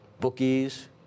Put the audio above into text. bookies